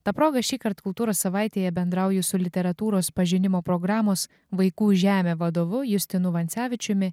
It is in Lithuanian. ta proga šįkart kultūros savaitėje bendrauju su literatūros pažinimo programos vaikų žemė vadovu justinu vancevičiumi